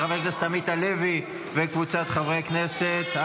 של חבר הכנסת עמית הלוי וקבוצת חברי הכנסת.